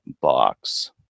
box